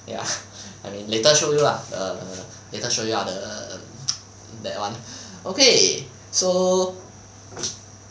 ya I mean later show you lah the later show you lah the that [one] okay so